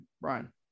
Brian